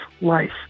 life